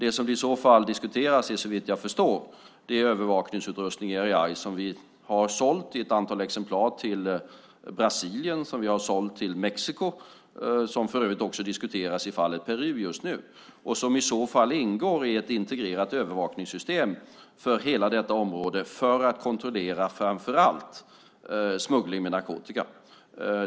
Det som i så fall diskuteras är såvitt jag förstår de övervakningsutrustningar, Erieye, som vi har sålt i ett antal exemplar till Brasilien, som vi har sålt till Mexiko, som för övrigt också diskuteras i fallet Peru just nu och som i så fall ingår i ett integrerat övervakningssystem för hela detta område för att kontrollera framför allt smuggling av narkotika.